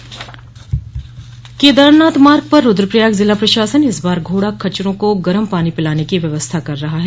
केदारनाथ मार्ग केदारनाथ मार्ग पर रुद्रप्रयाग जिला प्रशासन इस बार घोड़ा खच्चरों को गरम पानी पिलाने की व्यवस्था कर रहा है